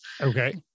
Okay